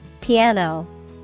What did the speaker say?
Piano